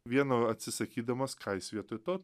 vieno atsisakydamas ką jis vietoj to